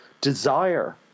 desire